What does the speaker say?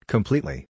Completely